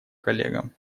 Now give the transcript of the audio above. коллегам